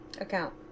account